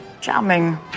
charming